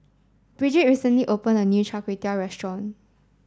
Brigid recently opened a new Char Kway Teow Restaurant